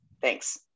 Thanks